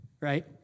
right